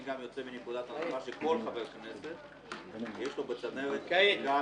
אני גם יוצא מנקודת הנחה שכל חבר כנסת יש לו בצנרת --- מאוד